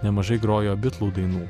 nemažai grojo bitlų dainų